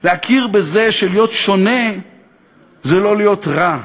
להכיר בזה שלהיות שונה זה לא להיות רע,